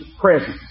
presence